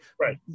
Right